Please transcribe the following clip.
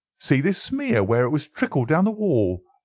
see this smear where it has trickled down the wall!